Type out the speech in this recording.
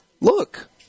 look